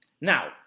now